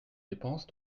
dépenses